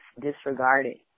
disregarded